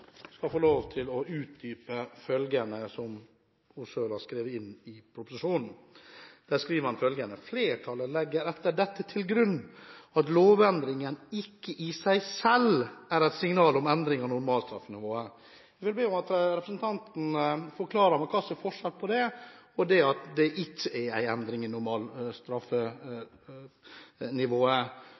følgende som hun har vært med på å skrive inn i innstillingen. – Man skriver: «Flertallet legger etter dette til grunn at lovendringen ikke i seg selv er et signal om endring av normalstraffenivået.» Jeg vil be representanten forklare meg hva som er forskjellen på det og det at det ikke er en endring i